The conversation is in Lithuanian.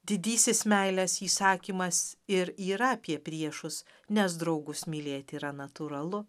didysis meilės įsakymas ir yra apie priešus nes draugus mylėti yra natūralu